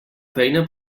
feina